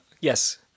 yes